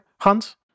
Hunt